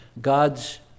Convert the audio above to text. God's